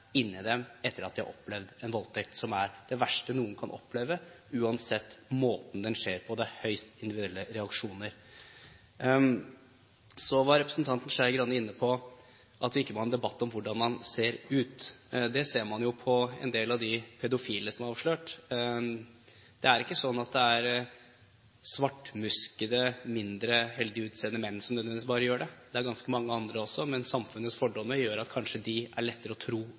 dem, etter at de har opplevd en voldtekt, som er det verste noen kan oppleve, uansett måten den skjer på. Det er høyst individuelle reaksjoner. Representanten Skei Grande var inne på at vi ikke må ha en debatt om hvordan man ser ut. Det ser man jo på en del av de pedofile som er avslørt. Det er ikke nødvendigvis bare svartsmuskede, mindre heldig utseende menn som gjør dette. Det er ganske mange andre også, men samfunnets fordommer gjør at det kanskje er lettere å tro